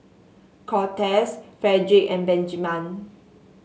Cortez Fredric and Benjiman